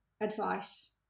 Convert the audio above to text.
advice